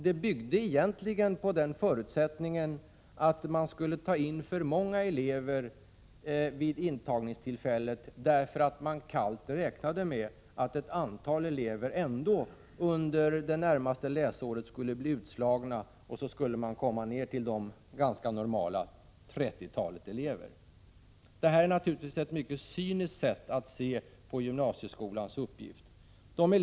Det byggde egentligen på den förutsättningen att man skulle ta in för många elever vid intagningstillfället, därför att man kallt räknade med att ett antal elever ändå skulle bli utslagna under det närmaste läsåret. På så sätt skulle man komma ned till det normala antalet, 30 elever. Detta är naturligtvis ett mycket cyniskt sätt att se på gymnasieskolans uppgift.